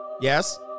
Yes